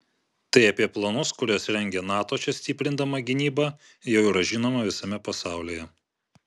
tai apie planus kuriuos rengia nato čia stiprindama gynybą jau yra žinoma visame pasaulyje